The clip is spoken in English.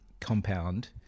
compound